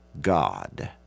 God